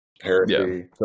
heresy